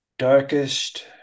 darkest